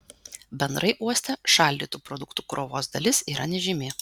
bendrai uoste šaldytų produktų krovos dalis yra nežymi